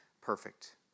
perfect